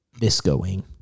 Viscoing